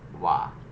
!wah!